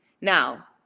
now